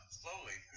slowly